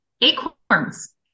Acorns